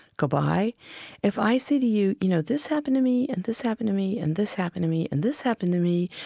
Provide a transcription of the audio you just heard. goodbye if i say to you, you know, this happened to me, and this happened to me, and this happened to me, and this happened to me,